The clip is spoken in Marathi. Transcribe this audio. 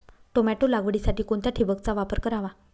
टोमॅटो लागवडीसाठी कोणत्या ठिबकचा वापर करावा?